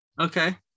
Okay